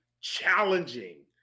challenging